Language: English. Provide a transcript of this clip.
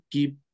Keep